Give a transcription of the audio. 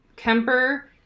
Kemper